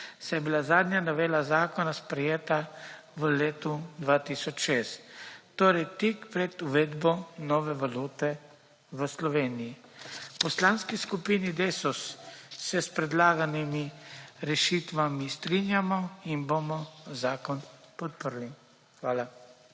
saj je bila zadnja novela zakona sprejeta v letu 2006, torej tik pred uvedbo nove valute v Sloveniji. V Poslanski skupini DeSUS se s predlaganimi rešitvami strinjamo in bomo zakon podprli. Hvala.